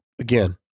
again